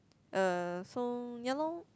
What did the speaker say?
uh so ya lor